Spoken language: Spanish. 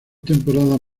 temporadas